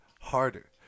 harder